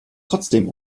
trotzdem